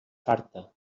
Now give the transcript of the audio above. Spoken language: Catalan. farta